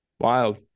Wild